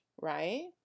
right